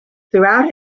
throughout